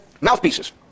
mouthpieces